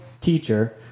teacher